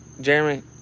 jeremy